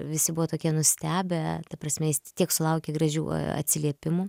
visi buvo tokie nustebę ta prasme jis tiek sulaukė gražių atsiliepimų